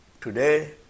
today